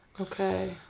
okay